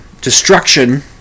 destruction